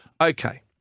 Okay